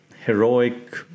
Heroic